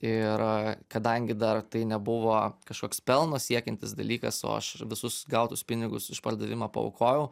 ir kadangi dar tai nebuvo kažkoks pelno siekiantis dalykas o aš visus gautus pinigus už pardavimą paaukojau